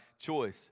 choice